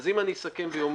אז אם אני אסכם ואומר,